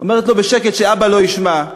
אומרת לו בשקט, שאבא לא ישמע: